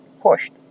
pushed